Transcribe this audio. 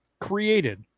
created